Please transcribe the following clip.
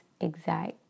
exact